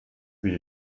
wie